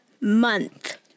month